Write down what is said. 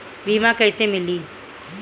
बीमा कैसे मिली?